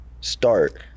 Start